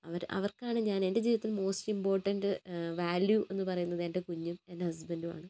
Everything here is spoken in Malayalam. അവർ അവർക്കാണ് ഞാൻ എൻ്റെ ജീവിതത്തിൽ മോസ്റ്റ് ഇമ്പോർട്ടന്റ് വാല്യൂ എന്നു പറയുന്നത് എൻ്റെ കുഞ്ഞും എൻ്റെ ഹസ്ബന്റും ആണ്